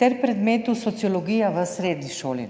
ter predmetu sociologija v srednji šoli.